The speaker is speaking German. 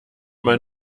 man